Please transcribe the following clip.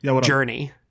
journey